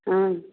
हँ